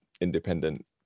independent